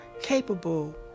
capable